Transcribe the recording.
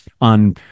on